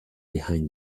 behind